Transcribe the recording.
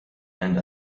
and